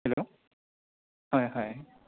hello হয় হয়